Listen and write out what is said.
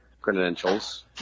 credentials